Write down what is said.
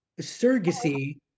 surrogacy